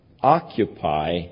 Occupy